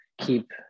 keep